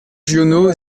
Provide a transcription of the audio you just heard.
giono